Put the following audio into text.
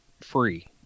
free